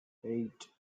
eight